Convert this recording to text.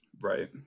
right